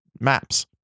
maps